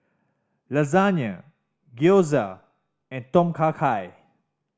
Lasagna Gyoza and Tom Kha Gai